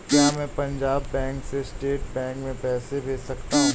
क्या मैं पंजाब बैंक से स्टेट बैंक में पैसे भेज सकता हूँ?